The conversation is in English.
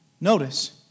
Notice